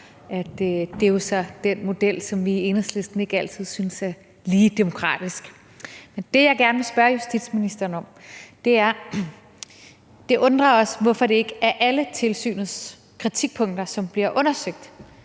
jo så er den model, som vi i Enhedslisten ikke altid synes er så demokratisk. Det, jeg gerne vil spørge justitsministeren om, vedrører, at det undrer os, hvorfor det ikke er alle tilsynets kritikpunkter, som bliver undersøgt.